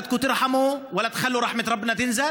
(אומר בערבית: אתם לא רוצים לרחם ולא נותנים לרחמי האל לרדת?)